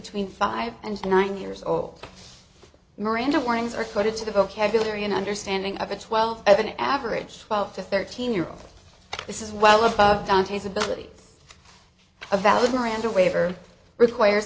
between five and nine years old miranda warnings are quoted to the vocabulary and understanding of a twelve at an average twelve to thirteen year old this is well above dante's ability a valid miranda waiver requires